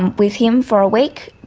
and with him for a week,